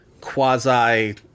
quasi